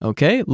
Okay